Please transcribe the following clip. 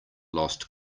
lost